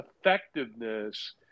effectiveness